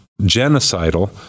genocidal